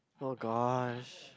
oh gosh